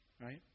Right